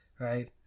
right